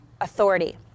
authority